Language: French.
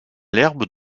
l’herbe